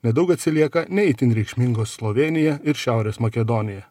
nedaug atsilieka ne itin reikšmingos slovėnija ir šiaurės makedonija